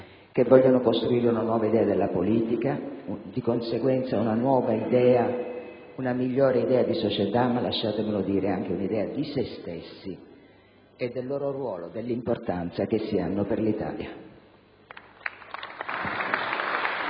che vogliono costruire una nuova idea della politica e, di conseguenza, una nuova e migliore idea di società, ma - lasciatemelo dire - anche di se stessi, del loro ruolo e dell'importanza che essi hanno per l'Italia.